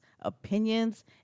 opinions